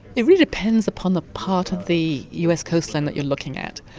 it really depends upon the part of the us coastline that you're looking at.